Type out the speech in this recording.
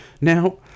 now